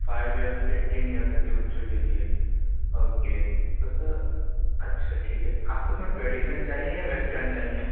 five year سے eighteen year تک کے بچوں کے لیے اوکے تو سر اچھا ٹھیک ہے آپ کو اس میں ٹریڈیشن چاہیے یا ویسٹرن چاہیے